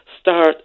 start